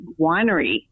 Winery